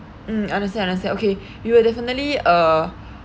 mm understand understand okay we will definitely uh